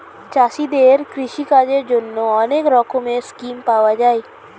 চাষীদের কৃষি কাজের জন্যে অনেক রকমের স্কিম পাওয়া যায়